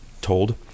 told